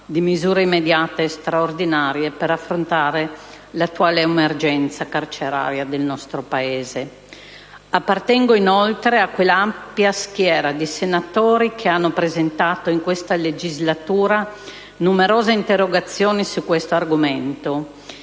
di misure immediate e straordinarie per affrontare l'attuale emergenza carceraria del nostro Paese. Appartengo inoltre a quella ampia schiera di senatori che hanno presentato in questa legislatura numerose interrogazioni su tale argomento;